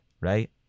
Right